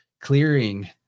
clearing